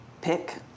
pick